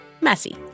Messy